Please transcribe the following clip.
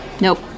Nope